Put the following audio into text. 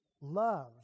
love